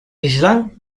islam